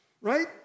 right